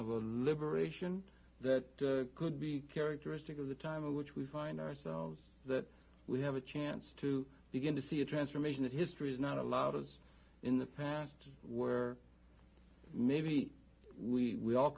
a liberation that could be characteristic of the time in which we find ourselves that we have a chance to begin to see a transformation that history is not allowed as in the past were maybe we